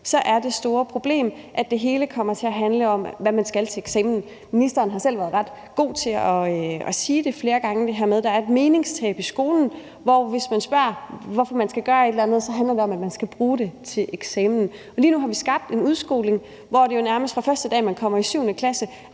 undervisning, er, at det hele kommer til at handle om, hvad man skal til eksamen. Ministeren har selv været ret god til at sige det flere gange, altså det her med, at der er et meningstab i skolen, hvor det, hvis man spørger, hvorfor man skal gøre et eller andet, handler om, at man skal bruge det til eksamen. Lige nu har vi skabt en udskoling, hvor det jo, nærmest fra første dag man kommer i 7. klasse,